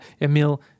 emil